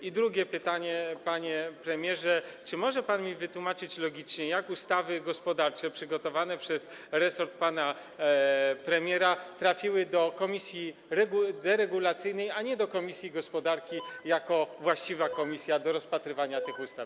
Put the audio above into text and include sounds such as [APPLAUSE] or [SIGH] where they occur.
I drugie pytanie, panie premierze: Czy może mi pan logicznie wytłumaczyć, jak ustawy gospodarcze przygotowane przez resort pana premiera trafiły do komisji deregulacyjnej, [NOISE] a nie do komisji gospodarki jako właściwej komisji do rozpatrywania tych ustaw?